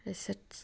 তাৰপিছত